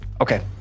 Okay